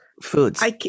Foods